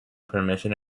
permission